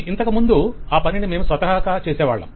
ఇంతకు ముందు ఆ పనిని మేము చేత్తో చేసేవాళ్ళం